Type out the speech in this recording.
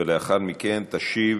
ולאחר מכן תשיב